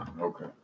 Okay